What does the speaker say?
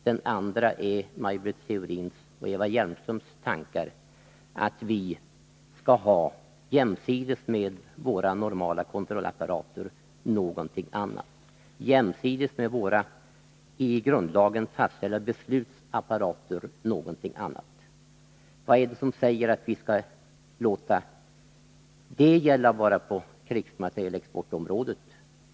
Den andra utgörs av Maj Britt Theorins och Eva Hjelmströms tankar om att vi jämsides med vår i grundlagen fastställda beslutsapparat och vår normala kontrollapparat skall ha någonting annat. Vad är det som säger att det i så fall skall gälla bara för krigsmaterielexporten?